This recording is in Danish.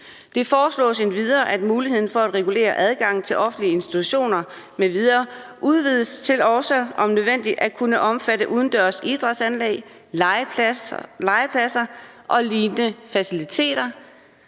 Det foreslås endvidere, at muligheden for at regulere adgangen til offentlige institutioner m.v. udvides til også om nødvendigt at kunne omfatte udendørs idrætsanlæg, legepladser og lignende faciliteter,